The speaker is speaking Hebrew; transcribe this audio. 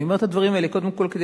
אני אומרת את הדברים האלה קודם כול כדי